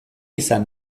izan